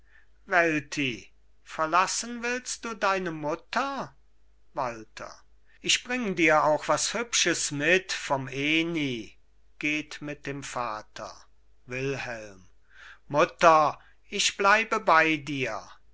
verlassen willst du deine mutter walther ich bring dir auch was hübsches mit vom ehni geht mit dem vater wilhelm mutter ich bleibe bei dir